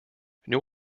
new